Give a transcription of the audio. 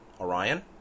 Orion